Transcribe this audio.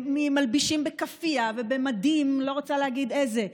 מלבישים בכאפיה ובמדים, אני לא רוצה להגיד איזה.